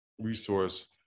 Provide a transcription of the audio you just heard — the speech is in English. resource